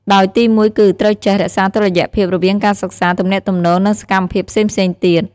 ដោយទីមួយគឺ ត្រូវចេះ រក្សាតុល្យភាព រវាងការសិក្សា ទំនាក់ទំនង និងសកម្មភាពផ្សេងៗទៀត។